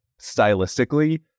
stylistically